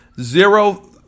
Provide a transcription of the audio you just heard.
Zero